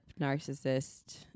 narcissist